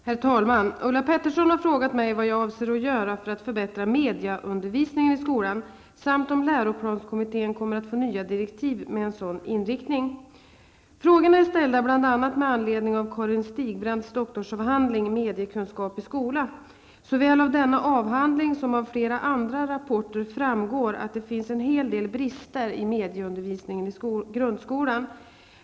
Herr talman! Ulla Pettersson har frågat mig vad jag avser göra för att förbättra medieundervisningen i skolan samt om läroplanskommittén kommer att få nya direktiv med en sådan inriktning. Frågorna är ställda bl.a. med anledning av Karin Stigbrands doktorsavhandling Mediekunskap i skola. Såväl av denna avhandling som av flera andra rapporter framgår att det finns en hel del brister i medieundervisningen i grundskolan.